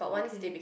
okay